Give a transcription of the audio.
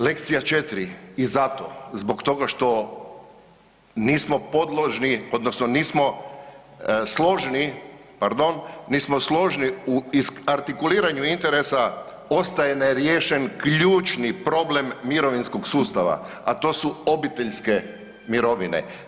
Lekcija 4 i zato zbog toga što nismo podložni, odnosno nismo složni, pardon, nismo složni u artikuliranju interesa ostaje neriješen ključni problem mirovinskog sustava, a to su obiteljske mirovine.